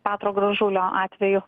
petro gražulio atveju